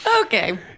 Okay